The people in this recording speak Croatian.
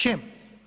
Čemu?